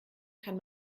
kann